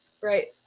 Right